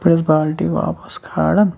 پَتہٕ أسۍ بالٹیٖن واپَس کھالان